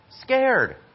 scared